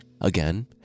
Again